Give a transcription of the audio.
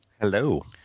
Hello